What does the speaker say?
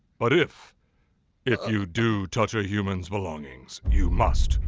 but if! if you do touch a human's belongings. you must!